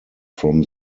from